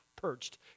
perched